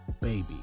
Baby